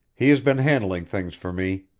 he has been handling things for me.